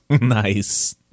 Nice